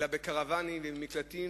אלא בקרוונים ובמקלטים,